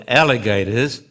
alligators